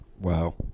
Wow